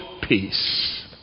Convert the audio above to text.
peace